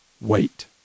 Wait